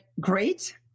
great